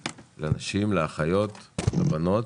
לאחיות, לבנות.